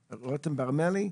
ברמלי.